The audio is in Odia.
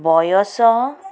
ବୟସ